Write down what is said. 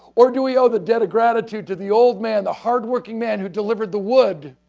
or do we owe the debt of gratitude to the old man, the hard-working man who delivered the wood